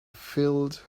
filled